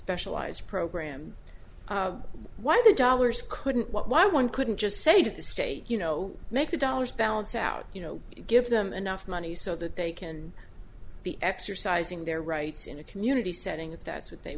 specialized program why the dollars couldn't why one couldn't just say to the state you know make the dollars balance out you know give them enough money so that they can be exercising their rights in a community setting if that's what they